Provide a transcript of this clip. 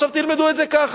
עכשיו תלמדו את זה ככה,